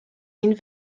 این